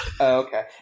Okay